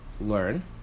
learn